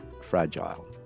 Fragile